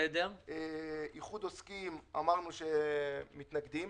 איחוד עוסקים מתנגדים